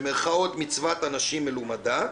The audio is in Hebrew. "מצוות אנשים מלומדה",